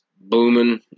booming